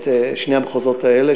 את שני המחוזות האלה,